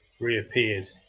reappeared